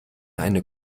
eine